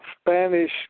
Spanish